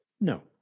No